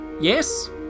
yes